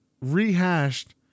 rehashed